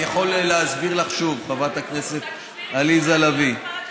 אני יכול להסביר לך שוב, חברת הכנסת עליזה לביא.